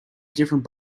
different